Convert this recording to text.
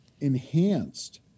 enhanced